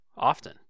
Often